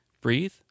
Breathe